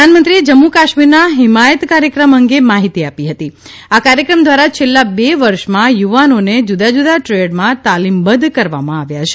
પ્રધાનમંત્રીએ જમ્મુ કાશ્મીરના હિમાયત કાર્યક્રમ અંગે માહીતી આપી હતી આ કાર્યક્રમ દ્વારા છેલ્લા બે વર્ષમાં યુવાનોને જૂદાજુદા ટ્રેડમાં તાલીમબધ્ધ કરવામાં આવ્યા છે